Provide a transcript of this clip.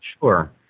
Sure